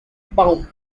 baum